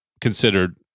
considered